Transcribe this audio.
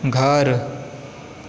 घर